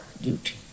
duty